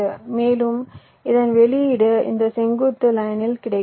மேலும் இதன் வெளியீடு இந்த செங்குத்து லைனில் கிடைக்கிறது